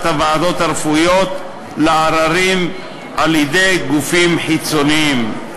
הוועדות הרפואיות לעררים על-ידי גופים חיצוניים.